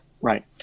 Right